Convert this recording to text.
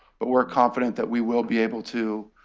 but we're confident that we will be able to